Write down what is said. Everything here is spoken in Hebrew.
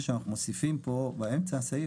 זה שאנחנו מוסיפים פה באמצע סעיף,